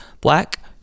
black